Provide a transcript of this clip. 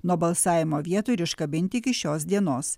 nuo balsavimo vietų ir iškabinti iki šios dienos